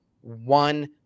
one